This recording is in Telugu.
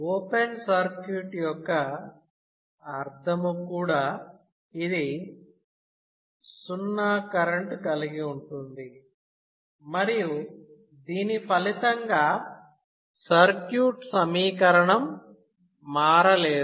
ఓపెన్ సర్క్యూట్ యొక్క అర్థము కూడా ఇది 0 కరెంటు కలిగి ఉంటుంది మరియు దీని ఫలితంగా సర్క్యూట్ సమీకరణం మారలేదు